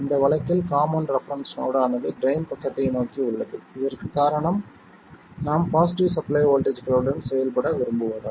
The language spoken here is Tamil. இந்த வழக்கில் காமன் ரெபெரென்ஸ் நோடு ஆனது ட்ரைன் பக்கத்தை நோக்கி உள்ளது இதற்குக் காரணம் நாம் பாசிட்டிவ் சப்ளை வோல்ட்டேஜ்களுடன் செயல்பட விரும்புவதால்